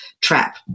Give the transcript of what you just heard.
trap